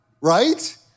right